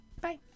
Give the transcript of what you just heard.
Bye